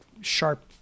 sharp